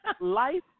life